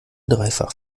dreifach